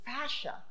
fascia